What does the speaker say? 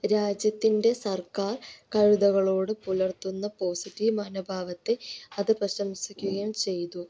രാജ്യത്തിന്റെ സർക്കാർ കഴുതകളോട് പുലർത്തുന്ന പോസിറ്റീവ് മനോഭാവത്തെ അത് പ്രശംസിക്കുകയും ചെയ്തു